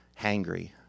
hangry